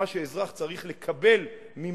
למה שאזרח צריך לקבל ממדינה,